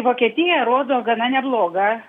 vokietija rodo gana neblogą